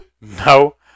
No